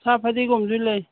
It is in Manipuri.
ꯁꯥ ꯐꯗꯤꯒꯣꯝꯁꯨ ꯂꯩ